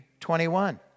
21